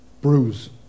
bruise